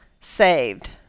saved